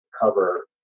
cover